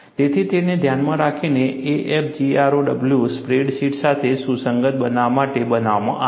તેથી તેને ધ્યાનમાં રાખીને AFGROW સ્પ્રેડશીટ્સ સાથે સુસંગત બનાવવા માટે બનાવવામાં આવે છે